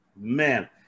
man